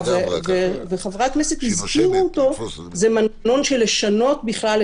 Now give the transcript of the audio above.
וחברי הכנסת הזכירו אותו זה מנגנון של לשנות את